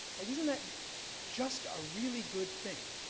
like isn't that just a really good thing?